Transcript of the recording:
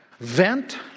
vent